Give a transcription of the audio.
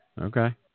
Okay